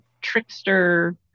trickster